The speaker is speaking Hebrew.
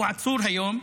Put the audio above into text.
הוא עצור היום,